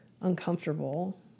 uncomfortable